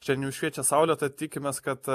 šian jau šviečia saulė tad tikimės kad